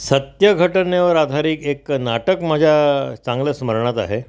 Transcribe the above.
सत्यघटनेवर आधारित एक नाटक माझ्या चांगल्या स्मरणात आहे